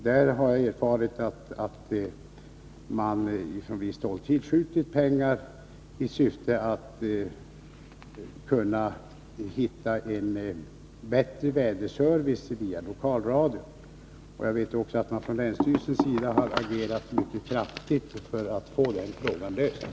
Där har jag erfarit att man från visst håll tillskjutit pengari syfte att få fram en bättre väderservice via lokalradion. Jag vet också att man från länsstyrelsens sida har agerat mycket kraftigt för att få den frågan löst.